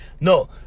No